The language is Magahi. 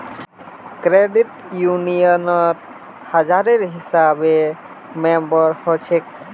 क्रेडिट यूनियनत हजारेर हिसाबे मेम्बर हछेक